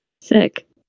Sick